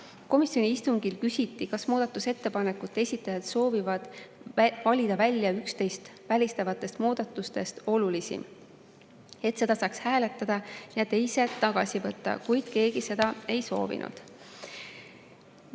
Komisjoni istungil küsiti, kas muudatusettepanekute esitajad soovivad valida välja üksteist välistavatest muudatustest olulisim, et seda saaks hääletada ja teised tagasi võtta. Keegi seda ei soovinud.